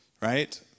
Right